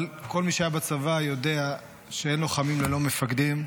אבל כל מי שהיה בצבא יודע שאין לוחמים ללא מפקדים.